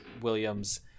Williams